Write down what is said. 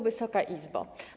Wysoka Izbo!